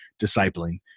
discipling